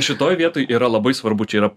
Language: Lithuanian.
šitoj vietoj yra labai svarbu čia yra